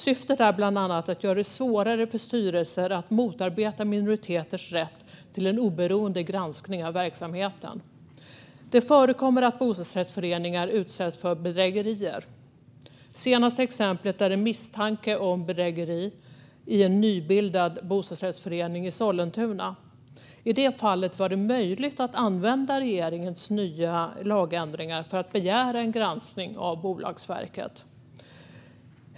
Syftet är bland annat att göra det svårare för styrelser att motarbeta minoriteters rätt till en oberoende granskning av verksamheten. Det förekommer att bostadsrättsföreningar utsätts för bedrägerier. Det senaste exemplet är en misstanke om bedrägeri i en nybildad bostadsrättsförening i Sollentuna. I det fallet var det möjligt att använda regeringens nya lagändringar för att begära en granskning av Bolagsverket.